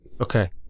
Okay